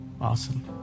Awesome